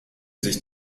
sich